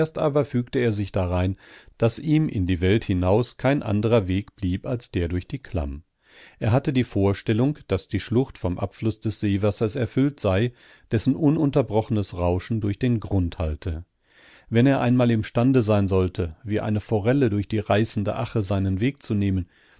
aber fügte er sich darein daß ihm in die welt hinaus kein anderer weg blieb als der durch die klamm er hatte die vorstellung daß die schlucht vom abfluß des seewassers erfüllt sei dessen ununterbrochenes rauschen durch den grund hallte wenn er einmal imstande sein sollte wie eine forelle durch die reißende ache seinen weg zu nehmen